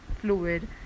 fluid